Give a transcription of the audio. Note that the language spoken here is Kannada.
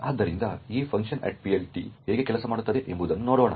ಆದ್ದರಿಂದ ಈ funcPLT ಹೇಗೆ ಕೆಲಸ ಮಾಡುತ್ತದೆ ಎಂಬುದನ್ನು ನೋಡೋಣ